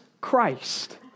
Christ